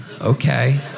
Okay